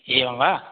एवं वा